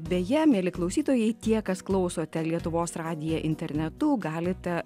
beje mieli klausytojai tie kas klauso lietuvos radiją internetu galite